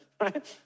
Right